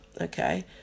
okay